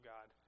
God